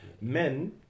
Men